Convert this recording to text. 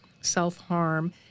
self-harm